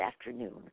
afternoon